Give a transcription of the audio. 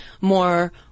more